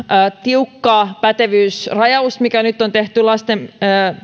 tiukka pätevyysrajaus joka nyt on tehty